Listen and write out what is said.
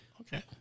okay